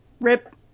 rip